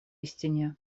истине